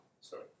sorry